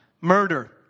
murder